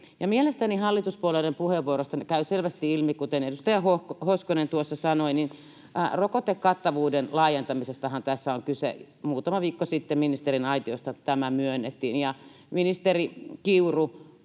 Mielestäni hallituspuolueiden puheenvuoroista käy selvästi ilmi, kuten edustaja Hoskonen tuossa sanoi, että rokotekattavuuden laajentamisestahan tässä on kyse. Muutama viikko sitten ministeriaitiosta tämä myönnettiin. Ministeri Kiuru,